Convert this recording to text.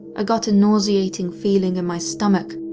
ah got a nauseating feeling in my stomach.